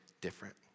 different